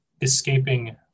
escaping